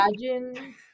imagine